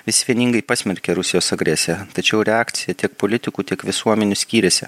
visi vieningai pasmerkė rusijos agresiją tačiau reakcija tiek politikų tiek visuomenių skyrėsi